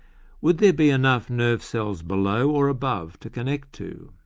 would there be enough nerve cells below or above to connect to?